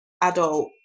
adult